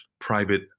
private